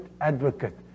advocate